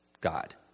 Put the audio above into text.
God